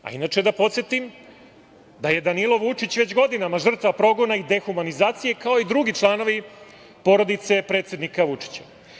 A inače da podsetim da je Danilo Vučić već godinama žrtva progona i dehumanizacije, kao i drugi članovi porodice predsednika Vučića.